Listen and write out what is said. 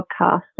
podcast